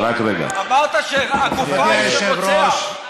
אמרת שהגופה היא של רוצח.